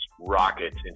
rockets